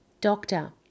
Doctor